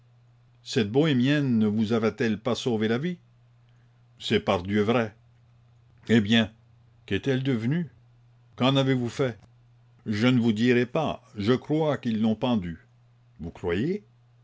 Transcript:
cette bohémienne ne vous avait-elle pas sauvé la vie c'est pardieu vrai eh bien qu'est-elle devenue qu'en avez-vous fait je ne vous dirai pas je crois qu'ils l'ont pendue vous croyez